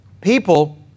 People